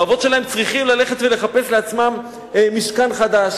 האבות שלהם צריכים ללכת ולחפש לעצמם משכן חדש,